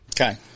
Okay